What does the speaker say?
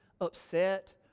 upset